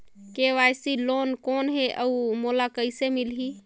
KCC loan कौन हे अउ मोला कइसे मिलही?